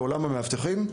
בעולם המאבטחים,